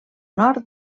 nord